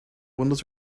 windows